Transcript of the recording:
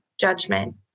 judgment